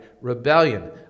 rebellion